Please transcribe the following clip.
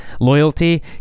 loyalty